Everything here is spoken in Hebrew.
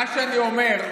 מה שאני אומר,